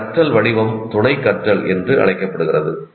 இந்த கற்றல் வடிவம் துணை கற்றல் என்று அழைக்கப்படுகிறது